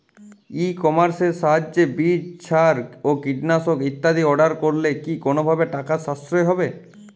ই কমার্সের সাহায্যে বীজ সার ও কীটনাশক ইত্যাদি অর্ডার করলে কি কোনোভাবে টাকার সাশ্রয় হবে?